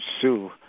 Sue